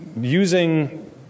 Using